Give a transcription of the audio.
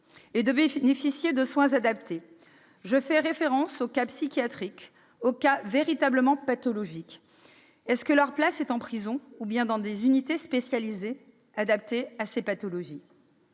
et de bénéficier de soins adaptés. Je fais référence aux cas psychiatriques, aux cas véritablement pathologiques. Est-ce que la place de ces personnes est en prison, ou bien dans des unités spécialisées adaptées à leur pathologie ?